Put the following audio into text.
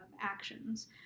actions